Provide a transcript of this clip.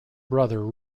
brother